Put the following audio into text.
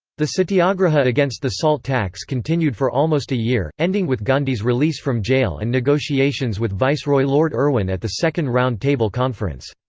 the satyagraha against the salt tax continued for almost a year, ending with gandhi's release from jail and negotiations with viceroy lord irwin at the second round table conference.